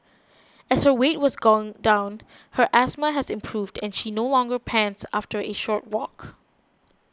as her weight has gone down her asthma has improved and she no longer pants after a short walk